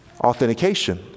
Authentication